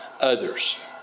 others